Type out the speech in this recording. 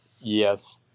yes